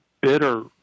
bitter